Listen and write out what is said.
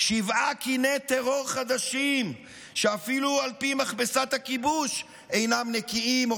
שבעה קיני טרור חדשים שאפילו על פי מכבסת הכיבוש אינם נקיים או